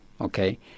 okay